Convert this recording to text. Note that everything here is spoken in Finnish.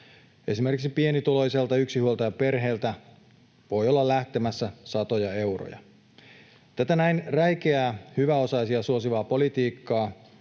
Esimerkiksi pienituloiselta yksinhuoltajaperheeltä voi olla lähtemässä satoja euroja. Tätä näin räikeää hyväosaisia suosivaa politiikkaa